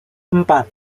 empat